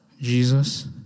Jesus